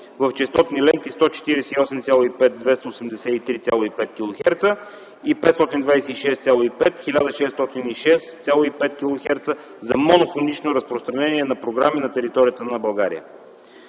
в честотни ленти 148,5 – 283,5 килохерца и 526,5 – 1606,5 килохерца за монофонично разпространение на програми на територията на България.